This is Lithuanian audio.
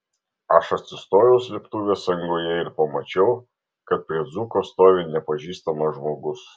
aš atsistojau slėptuvės angoje ir pamačiau kad prie dzūko stovi nepažįstamas žmogus